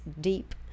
deep